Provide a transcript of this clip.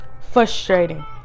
frustrating